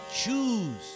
choose